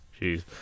Jeez